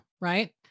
right